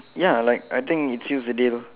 ya like I think it seals the deal